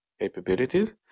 capabilities